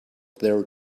there